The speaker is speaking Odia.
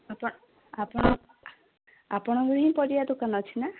ଆପଣ ଆପଣ ଆପଣଙ୍କର ହିଁ ପରିବା ଦୋକାନ ଅଛି ନା